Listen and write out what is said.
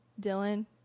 Dylan